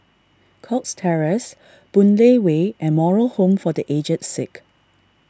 Cox Terrace Boon Lay Way and Moral Home for the Aged Sick